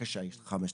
בבקשה, יש לך חמש דקות.